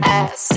ass